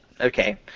Okay